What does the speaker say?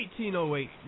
1808